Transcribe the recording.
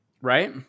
Right